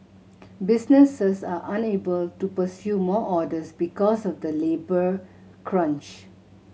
businesses are unable to pursue more orders because of the labour crunch